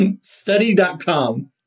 Study.com